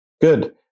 good